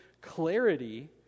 clarity